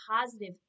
positive